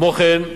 כמו כן,